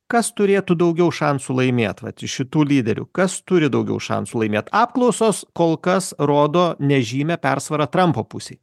kas turėtų daugiau šansų laimėt vat iš šitų lyderių kas turi daugiau šansų laimėt apklausos kol kas rodo nežymią persvarą trampo pusėj